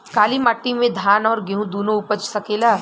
काली माटी मे धान और गेंहू दुनो उपज सकेला?